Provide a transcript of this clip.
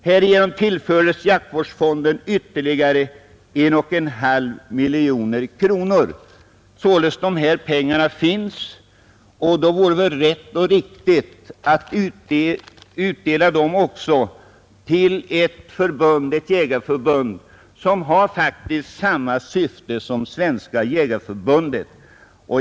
Härigenom tillfördes jaktvårdsfonden ytterligare 1,5 miljoner kronor årligen. Dessa pengar finns alltså, och då vore det väl rätt och riktigt att också utdela dem till ett jägarförbund som har samma syfte som Svenska jägareförbundet — nämligen jaktoch viltvård.